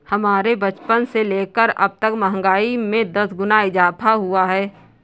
हमारे बचपन से लेकर अबतक महंगाई में दस गुना इजाफा हुआ है